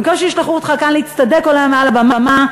במקום שישלחו אותך כאן להצטדק מעל לבמה,